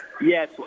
Yes